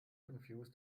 confuse